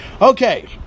Okay